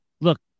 Look